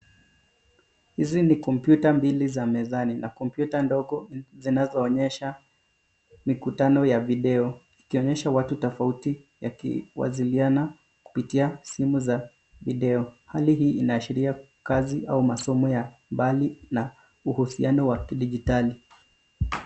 Hizi ni kompyuta mbili za mezani na kompyuta ndogo inayo onyesha mikutano ya video ikionyesha watu tofauti waki wasiliana kupitia simu za video. Hali hii ina ashiria kazi au masomo ya mbali na uhusiano wa kidijitali.